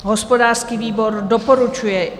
Hospodářský výbor doporučuje.